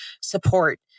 support